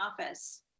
office